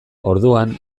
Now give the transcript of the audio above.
orduan